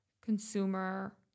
consumer